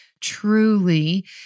truly